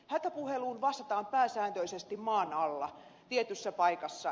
hätäpuheluun vastataan pääsääntöisesti maan alla tietyssä paikassa